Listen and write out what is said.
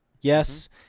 Yes